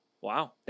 Wow